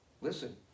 listen